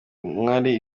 uwariye